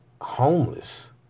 homeless